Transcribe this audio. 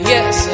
Yes